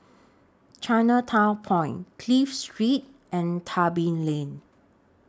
Chinatown Point Clive Street and Tebing Lane